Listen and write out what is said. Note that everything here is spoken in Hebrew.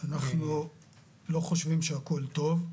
אנחנו לא חושבים שהכול טוב.